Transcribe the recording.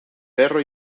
perro